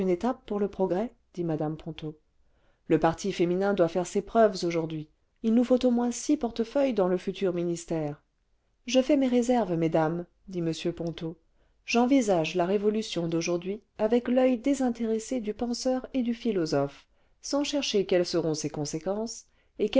une'étape pour le progrès dit mme ponto le parti féminin doit faire ses preuves aujourd'hui il nous faut au moins six portefeuilles dans le futur ministère je fais mes réserves mesdames dit m ponto j'envisage la révolution d'aujourd'hui avec l'oeil désintéressé du penseur et du philosophe sans chercher quelles seront ses conséquences et